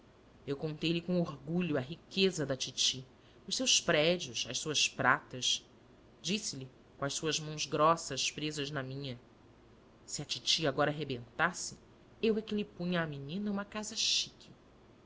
eu contei-lhe com orgulho a riqueza da titi os seus prédios as suas pratas disse-lhe com as suas mãos grossas presas nas minhas se a titi agora rebentasse eu é que lhe punha a menina uma casa chic